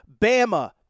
Bama